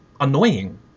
annoying